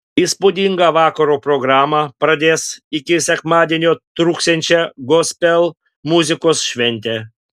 įspūdinga vakaro programa pradės iki sekmadienio truksiančią gospel muzikos šventę